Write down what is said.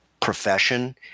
profession